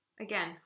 Again